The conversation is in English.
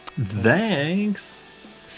Thanks